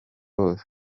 wose